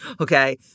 Okay